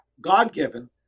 God-given